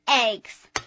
eggs